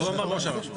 אז הוא אומר ראש הרשות.